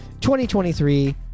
2023